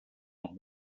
noch